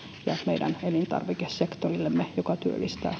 ja meidän elintarvikesektorillemme joka työllistää